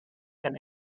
and